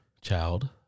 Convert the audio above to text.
child